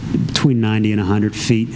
between ninety and one hundred feet